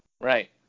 Right